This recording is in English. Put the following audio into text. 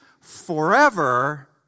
forever